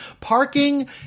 Parking